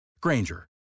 Granger